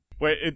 Wait